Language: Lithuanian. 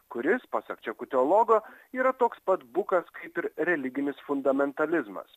kuris pasak čekų teologo yra toks pat bukas kaip ir religinis fundamentalizmas